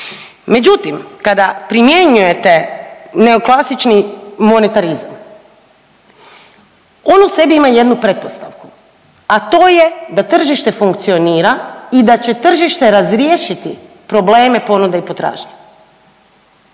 Međutim, kada primjenjujete neoklasični monetarizam on u sebi ima jednu pretpostavku, a to je da tržište funkcionira i da će tržište razriješiti probleme ponude i potražnje.